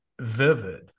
vivid